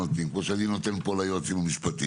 נותנים כמו שאני נותן פה ליועץ המשפטי.